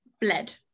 bled